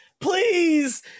Please